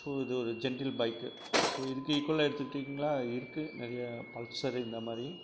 so இது ஒரு gentle bike so இதுக்கு ஈக்குவலாக எடுத்துகிட்டிங்களா இருக்கு நிறையா பல்சர் இந்தமாதிரி